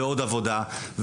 ועוד עבודה,